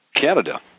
Canada